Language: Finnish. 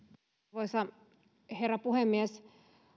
arvoisa herra puhemies